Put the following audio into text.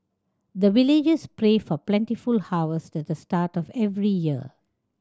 the villagers pray for plentiful harvest at the start of every year